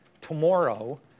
tomorrow